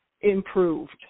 improved